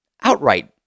outright